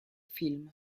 film